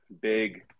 big